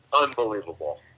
unbelievable